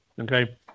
okay